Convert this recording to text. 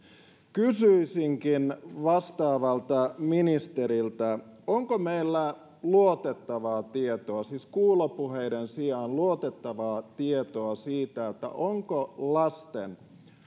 kysyisinkin vastaavalta ministeriltä onko meillä luotettavaa tietoa siis kuulopuheiden sijaan luotettavaa tietoa siitä onko lasten